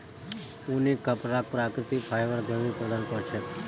ऊनी कपराक प्राकृतिक फाइबर गर्मी प्रदान कर छेक